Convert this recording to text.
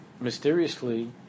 mysteriously